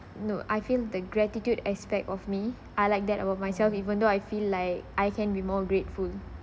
no I feel the gratitude aspect of me I like that about myself even though I feel like I can be more grateful